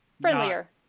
friendlier